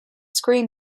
screen